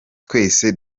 twese